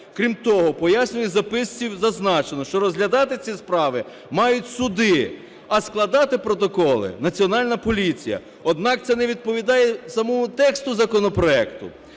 Крім того, в пояснювальній записці зазначено, що розглядати ці справи мають суди, а складати протоколи - Національна поліція. Однак це не відповідає самому тексту законопроекту,